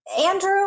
Andrew